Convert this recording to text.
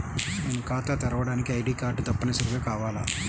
నేను ఖాతా తెరవడానికి ఐ.డీ కార్డు తప్పనిసారిగా కావాలా?